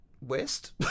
West